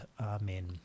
Amen